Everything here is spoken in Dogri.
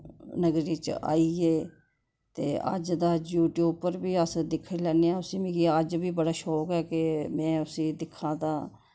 नगरी च आई गे ते अज दा यूट्यूब पर बी अस दिक्खी लैने आ उस्सी मिगी अज बी बड़ा शौक ऐ के में उस्सी दिक्खा तां